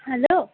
hello